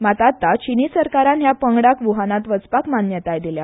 मात आतां चीनी सरकारान ह्या पंगडाक वुहानात वचपाक मान्यताय दिल्या